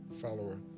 follower